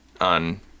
on